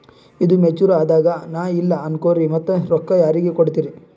ಈದು ಮೆಚುರ್ ಅದಾಗ ನಾ ಇಲ್ಲ ಅನಕೊರಿ ಮತ್ತ ರೊಕ್ಕ ಯಾರಿಗ ಕೊಡತಿರಿ?